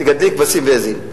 תגדלי כבשים ועזים,